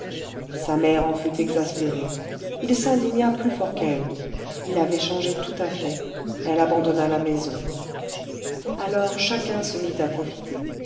sa mère en fut exaspérée il s'indigna plus fort qu'elle il avait changé tout à fait elle abandonna la maison alors chacun se mit à profiter